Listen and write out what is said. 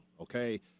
okay